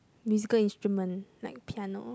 musical instrument like piano